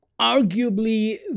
arguably